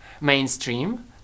mainstream